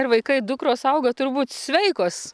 ir vaikai dukros auga turbūt sveikos